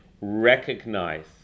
recognize